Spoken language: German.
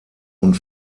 und